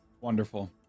Wonderful